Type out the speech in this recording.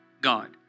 God